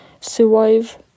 survive